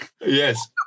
Yes